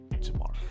tomorrow